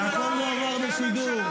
והכול מועבר בשידור,